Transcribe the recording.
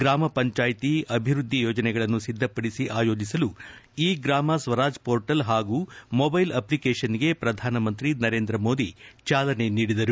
ಗ್ರಾಮ ಪಂಚಾಯಿತಿ ಅಭಿವೃದ್ಧಿ ಯೋಜನೆಗಳನ್ನು ಸಿದ್ದಪಡಿಸಿ ಯೋಜಿಸಲು ಇ ಗ್ರಾಮ ಸ್ವರಾಜ್ ಪೋರ್ಟಲ್ ಹಾಗೂ ಮೊಬ್ಲೆಲ್ ಅಷ್ಲಿಕೇಷನ್ಗೆ ಪ್ರಧಾನಮಂತ್ರಿ ನರೇಂದ್ರ ಮೋದಿ ಚಾಲನೆ ನೀಡಿದರು